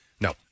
No